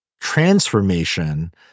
transformation